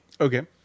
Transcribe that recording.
Okay